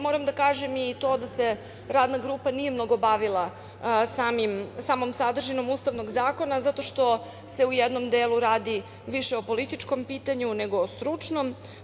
Moram da kažem i to da se Radna grupa nije mnogo bavila samom sadržinom Ustavnog zakona zato što se u jednom delu radi više o političkom pitanju nego o stručnom.